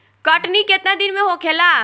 कटनी केतना दिन में होखेला?